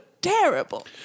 terrible